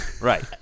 Right